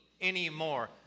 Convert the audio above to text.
anymore